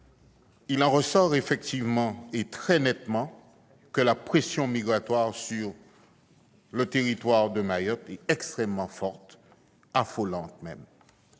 il en ressort effectivement et très nettement que la pression migratoire sur son territoire est extrêmement forte- affolante, même.